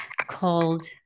called